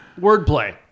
wordplay